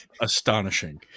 astonishing